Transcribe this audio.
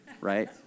right